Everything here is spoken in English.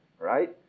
right